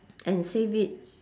and save it